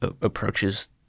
approaches